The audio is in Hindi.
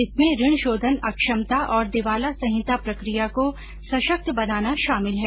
इसमें ऋणशोधन अक्षमता और दिवाला संहिता प्रक्रिया को सशक्त बनाना शामिल है